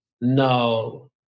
No